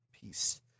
Peace